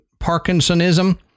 Parkinsonism